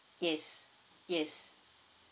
yes yes